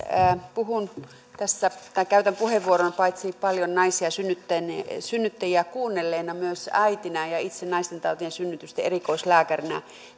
käytän tässä puheenvuoron paitsi paljon naisia ja synnyttäjiä kuunnelleena myös äitinä ja itse naistentautien ja synnytysten erikoislääkärinä